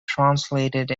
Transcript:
translated